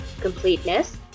completeness